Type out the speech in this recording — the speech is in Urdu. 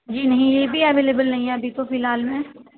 جی نہیں یہ بھی اویلیبل نہیں ہے ابھی تو فی الحال میں